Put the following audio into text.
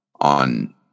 on